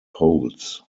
poles